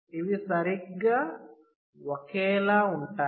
ఇవి సరిగ్గా ఒకేలా ఉంటాయి